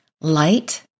Light